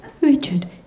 Richard